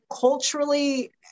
culturally